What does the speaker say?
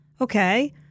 Okay